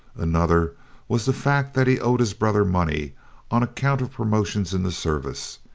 another was the fact that he owed his brother money on account of promotions in the service,